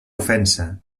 ofensa